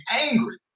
angry